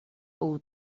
old